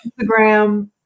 Instagram